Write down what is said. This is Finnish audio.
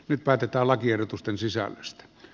nyt päätetään lakiehdotusten sisällöstä